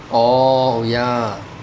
oh ya